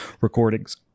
recordings